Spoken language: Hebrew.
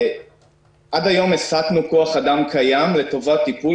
עד היום הסטנו כוח אדם קיים לטובת טיפול